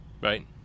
Right